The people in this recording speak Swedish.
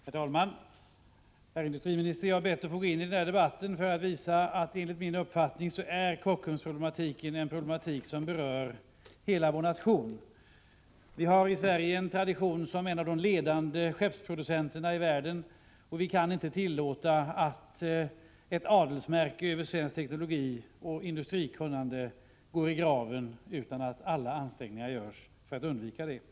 Herr talman! Jag har, herr industriminister, bett att få gå in i denna debatt för att visa att Kockumsproblematiken enligt min uppfattning är en problematik som berör hela vår nation. Sverige har av tradition varit en av de ledande skeppsproducenterna i världen. Vi kan inte tillåta att skeppsbyggnadsindustrin, ett adelsmärke över svensk teknologi och svenskt industrikunnande, går i graven utan att alla ansträngningar för att undvika detta görs.